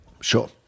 Sure